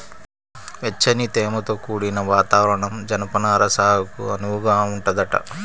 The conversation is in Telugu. వెచ్చని, తేమతో కూడిన వాతావరణం జనపనార సాగుకు అనువుగా ఉంటదంట